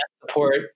support